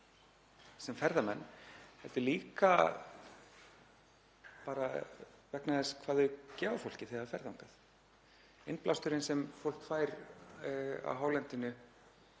sem ferðamenn heldur líka bara vegna þess hvað þau gefa fólki þegar það fer þangað, innblásturinn sem fólk fær á hálendinu,